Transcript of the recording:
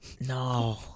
no